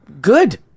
good